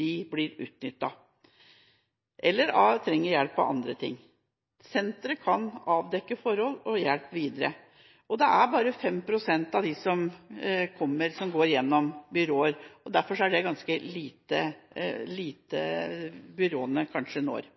de blir utnyttet – eller til andre ting. Senteret kan avdekke forhold og hjelpe videre. Det er bare 5 pst. av dem som kommer, som går gjennom byråer. Derfor når byråene ganske få. Jeg tror det